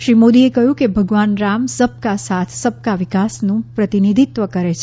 શ્રી મોદીએ કહ્યું કે ભગવાન રામ સબકા સાથ સબકા વિકાસ નું પ્રતિનિધિત્વ કરે છે